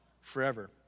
forever